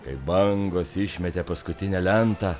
kai bangos išmetė paskutinę lentą